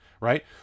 Right